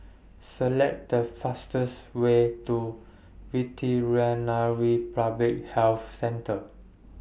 Select The fastest Way to Veterinary Public Health Centre